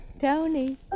Tony